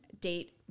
date